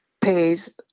pays